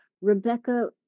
rebecca